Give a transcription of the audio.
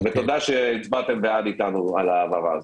תודה שהצבעתם בעד אתנו על ההעברה.